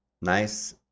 nice